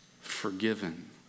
forgiven